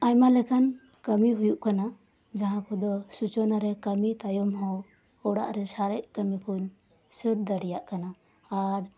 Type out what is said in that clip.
ᱟᱭᱢᱟ ᱞᱮᱠᱟᱱ ᱠᱟᱹᱢᱤ ᱦᱩᱭᱩᱜ ᱠᱟᱱᱟ ᱡᱟᱦᱟ ᱠᱚᱫᱚ ᱥᱩᱪᱚᱱᱟᱨᱮ ᱠᱟᱹᱢᱤ ᱛᱟᱭᱚᱢ ᱦᱚᱸ ᱚᱲᱟᱜ ᱨᱮ ᱥᱟᱨᱮᱡ ᱠᱟᱹᱢᱤ ᱠᱩᱧ ᱥᱟᱹᱛ ᱫᱟᱲᱮᱭᱟᱜ ᱠᱟᱱᱟ ᱟᱨ